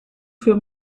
für